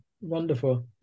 Wonderful